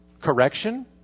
correction